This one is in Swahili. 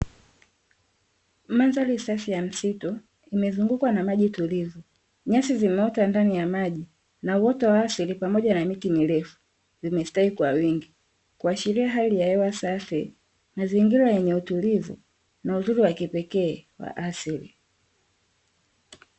Mandhari safi ya msitu imezungukwa na maji tulivu,. Nyasi zimeota ndani ya maji na uoto wa asili pamoja na miti mirefu vimestawi kwa wingi kuashiria hali ya hewa safi, mazingira yenye utulivu na uzuri wa kipekee wa asili.